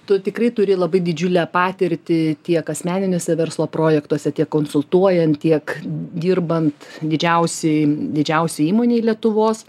tu tikrai turi labai didžiulę patirtį tiek asmeniniuose verslo projektuose tiek konsultuojant tiek dirbant didžiausiai didžiausioj įmonėj lietuvos